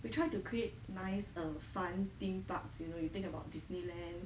they tried to create nice err fun theme parks you know you think about disneyland